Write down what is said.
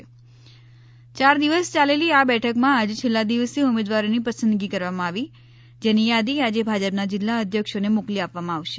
યાર દિવસ યાલેલી આ બેઠકમાં આજે છેલ્લા દિવસે ઉમેદવારોની પસંદગી કરવામાં આવી જેની યાદી આજે ભાજપના જિલ્લા અધ્યક્ષોને મોકલી આપવામાં આવશે